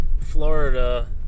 Florida